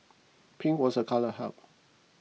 pink was a colour health